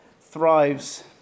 thrives